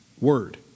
word